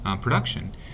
production